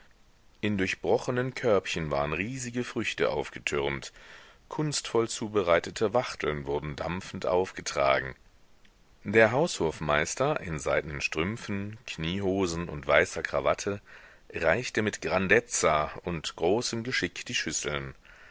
in durchbrochenen körbchen waren riesige früchte aufgetürmt kunstvoll zubereitete wachteln wurden dampfend aufgetragen der haushofmeister in seidnen strümpfen kniehosen und weißer krawatte reichte mit grandezza und großem geschick die schüsseln